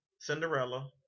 Cinderella